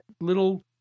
little